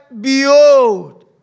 behold